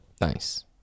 Nice